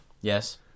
Yes